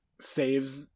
saves